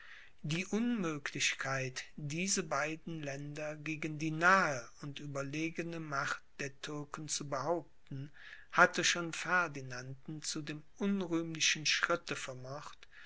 die unmöglichkeit diese beiden länder gegen die nahe und überlegene macht der türken zu behaupten hatte schon ferdinanden zu dem unrühmlichen schritte vermocht